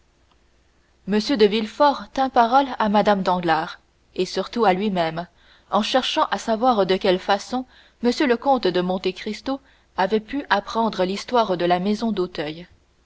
m de villefort tint parole à mme danglars et surtout à lui-même en cherchant à savoir de quelle façon m le comte de monte cristo avait pu apprendre l'histoire de la maison d'auteuil